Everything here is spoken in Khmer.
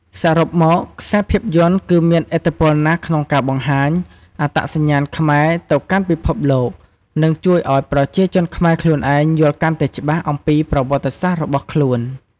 សរុបមក ខ្សែភាពយន្តគឺមានឥទ្ធិពលណាស់ក្នុងការបង្ហាញ អត្តសញ្ញាណខ្មែរ ទៅកាន់ពិភពលោក និងជួយឱ្យប្រជាជនខ្មែរខ្លួនឯងយល់កាន់តែច្បាស់អំពីប្រវត្តសាស្រ្តរបស់ខ្លួន ។